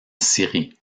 syrie